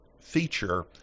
feature